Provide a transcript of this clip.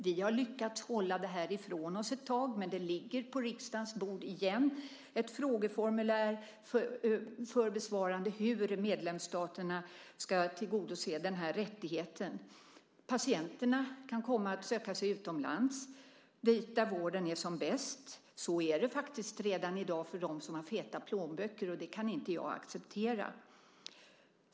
Vi har lyckats hålla det här ifrån oss ett tag, men det ligger på riksdagens bord igen ett frågeformulär för besvarande om hur medlemsstaterna ska tillgodose den här rättigheten. Patienterna kan komma att söka sig utomlands, dit där vården är som bäst. Så är det faktiskt redan i dag för dem som har feta plånböcker, och det kan jag inte acceptera.